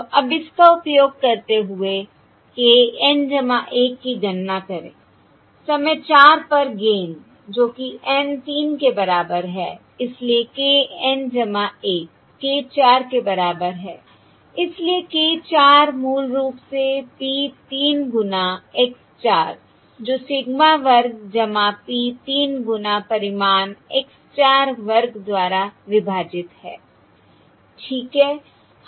तो अब इसका उपयोग करते हुए k N 1 की गणना करें समय 4 पर गेन जो कि N 3 के बराबर है इसलिए k N 1 k 4 के बराबर है इसलिए k 4 मूल रूप से P 3 गुणा x 4 जो सिग्मा वर्ग P 3 गुना परिमाण x 4 वर्ग द्वारा विभाजित है ठीक है